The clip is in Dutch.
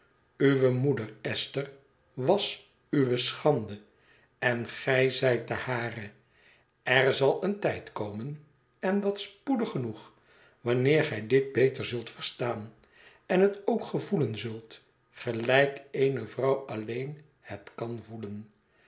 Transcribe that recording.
uwe moeder esther was uwe schande en gij zijt de hare er zal een tijd komen en dat spoedig genoeg wanneer gij dit beter zult verstaan en het ook gevoelen zult gelijk eene vrouw alleen het kan gevoelen